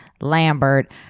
Lambert